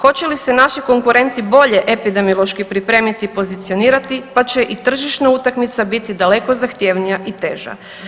Hoće li se naši konkurenti bolje epidemiološki pripremiti i pozicionirati pa će i tržišna utakmica biti daleko zahtjevnija i teža.